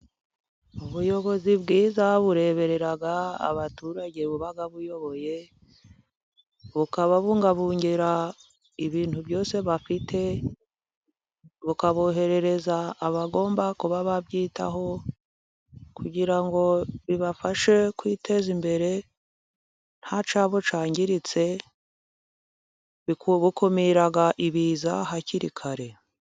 Ubuyobozi bwiza bureberera abaturage buba buyoboye bukababungabungira ibintu byose bafite. Bukaboherereza abagomba kuba babyitaho kugira ngo bibafashe kwiteza imbere nta cyabo cyangiritse. Bukumira ibiza hakiri kare.